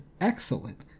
excellent